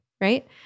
right